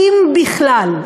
אם בכלל.